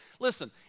Listen